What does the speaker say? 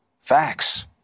Facts